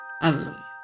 Hallelujah